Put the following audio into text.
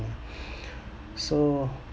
so